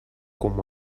com